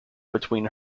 between